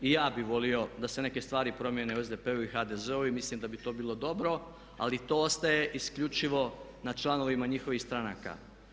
I ja bih volio da se neke stvari promijene u SDP-u i HDZ-u i mislim da bi to bilo dobro ali to ostaje isključivo na članovima njihovih stranaka.